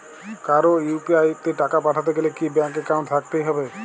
কারো ইউ.পি.আই তে টাকা পাঠাতে গেলে কি ব্যাংক একাউন্ট থাকতেই হবে?